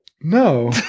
No